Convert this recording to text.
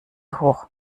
hoch